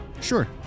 Sure